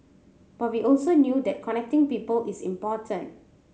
but we also knew that connecting people is important